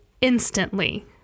instantly